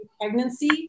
pregnancy